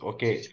Okay